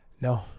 No